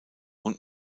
und